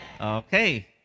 Okay